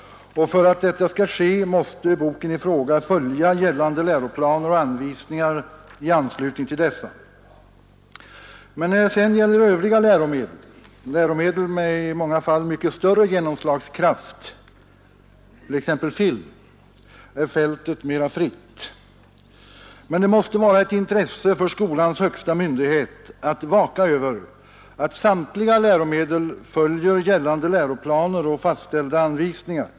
För att detta skall ske måste boken i fråga följa gällande läroplaner och anvisningar i anslutning till dessa. Men när det sedan gäller övriga läromedel, läromedel med i många fall mycket större genomslagskraft, t.ex. film, är fältet mera fritt. Det måste emellertid vara ett intresse för skolans högsta myndighet att vaka över att samtliga läromedel följer gällande läroplaner och fastställda anvisningar.